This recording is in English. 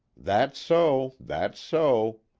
that's so, that's so!